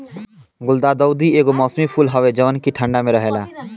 गुलदाउदी एगो मौसमी फूल हवे जवन की ठंडा में होला